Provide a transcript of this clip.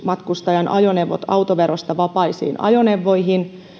matkustajan ajoneuvot autoverosta vapaisiin ajoneuvoihin